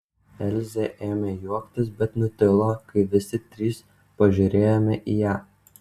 elzė ėmė juoktis bet nutilo kai visi trys pažiūrėjome į ją